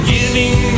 Giving